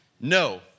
No